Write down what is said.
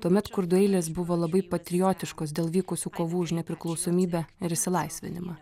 tuomet kurdų eilės buvo labai patriotiškos dėl vykusių kovų už nepriklausomybę ir išsilaisvinimą